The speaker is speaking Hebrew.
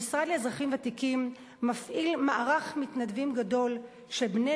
המשרד לאזרחים ותיקים מפעיל מערך מתנדבים גדול של בני